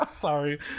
Sorry